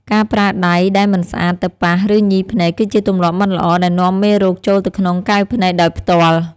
ការប្រើដៃដែលមិនស្អាតទៅប៉ះ ឬញីភ្នែកគឺជាទម្លាប់មិនល្អដែលនាំមេរោគចូលទៅក្នុងកែវភ្នែកដោយផ្ទាល់។